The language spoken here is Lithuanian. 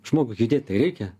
žmogui judėt tai reikia